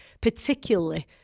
particularly